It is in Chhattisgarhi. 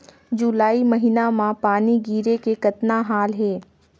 जुलाई महीना म पानी गिरे के कतना हाल हे?